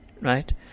right